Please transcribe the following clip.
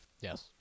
Yes